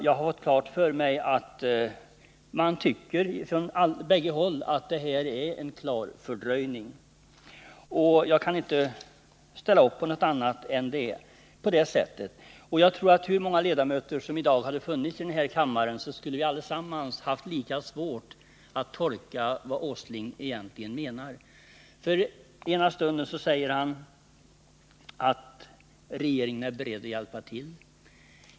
Jag har fått klart för mig att man tycker från bägge håll att det är fråga om en klar fördröjning — och jag kan inte stödja någon annan ståndpunkt än att det är på det sättet. Och hur många ledamöter som än hade funnits i den här kammaren i dag hade vi nog allesamman haft lika svårt att tolka herr Åslings uttalanden. Den ena stunden säger han att regeringen är beredd att hjälpa till.